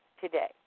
today